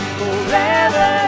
forever